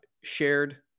shared